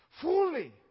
fully